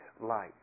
light